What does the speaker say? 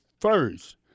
first